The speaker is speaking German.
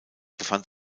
befand